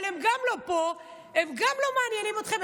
אבל הם גם לא פה, הם גם לא מעניינים אתכם.